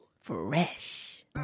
Fresh